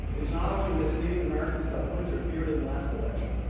is not only misleading americans about who interfered in the last election,